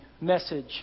message